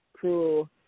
Cool